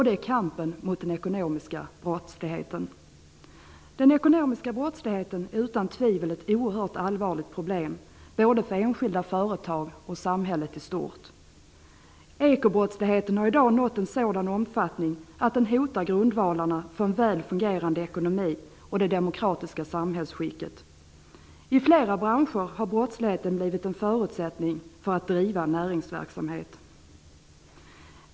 Det är kampen mot den ekonomiska brottsligheten. Den ekonomiska brottsligheten är utan tvivel ett oerhört allvarligt problem, både för enskilda företag och för samhället i stort. Ekobrottsligheten har i dag nått en sådan omfattning att den hotar grundvalarna för en väl fungerande ekonomi och det demokratiska samhällsskicket. I flera branscher har brottsligheten blivit en förutsättning för att driva näringsverksamhet.